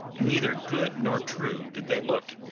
neither good nor true did they look.